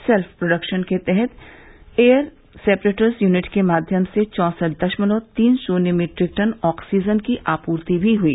self production के तहत air separators unit के माध्यम से चौसठ दशमलव तीन शून्य मीट्रिक टन ऑक्सीजन की आपूर्ति भी हुई